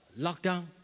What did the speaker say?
lockdown